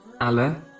Allah